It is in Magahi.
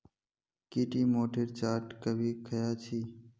की टी मोठेर चाट कभी ख़या छि